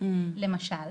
למשל,